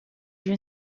une